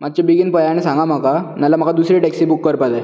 मात्शे बेगीन पळयात आनी सांगा म्हाका नाल्यार म्हाका दुसरी टॅक्सी बूक करपा जाय